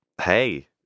Hey